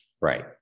Right